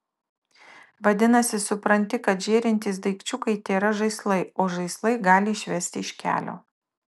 vadinasi supranti kad žėrintys daikčiukai tėra žaislai o žaislai gali išvesti iš kelio